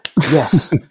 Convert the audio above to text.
Yes